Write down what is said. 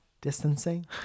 Distancing